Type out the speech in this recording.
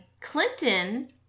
Clinton